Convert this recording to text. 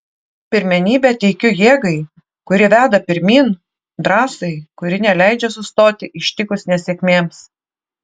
pirmenybę teikiu jėgai kuri veda pirmyn drąsai kuri neleidžia sustoti ištikus nesėkmėms